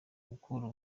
gukura